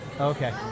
Okay